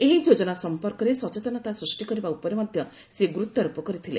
ଏହି ଯୋଜନା ସମ୍ପର୍କରେ ସଚେତନତା ସୃଷ୍ଟି କରିବା ଉପରେ ମଧ୍ୟ ସେ ଗୁରୁତ୍ୱାରୋପ କରିଥିଲେ